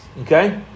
Okay